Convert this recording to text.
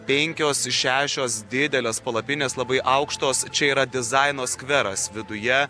penkios šešios didelės palapinės labai aukštos čia yra dizaino skveras viduje